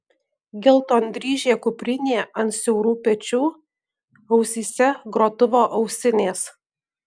geltondryžė kuprinė ant siaurų pečių ausyse grotuvo ausinės